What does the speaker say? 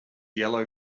yellow